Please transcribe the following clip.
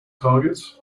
targets